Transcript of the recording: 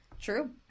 True